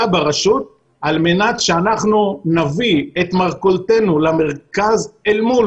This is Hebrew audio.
ברשות על מנת שאנחנו נביא את מרכולתנו למרכז אל מול